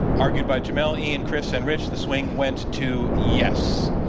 argued by jamelle, ian, kris, and rich. the swing went to, yes.